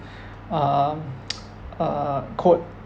um uh quote